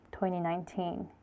2019